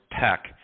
tech